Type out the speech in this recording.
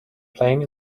playing